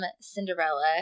Cinderella